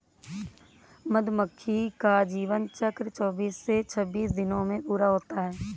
मधुमक्खी का जीवन चक्र चौबीस से छब्बीस दिनों में पूरा होता है